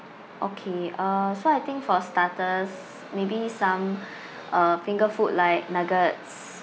okay uh so I think for starters maybe some uh finger food like nuggets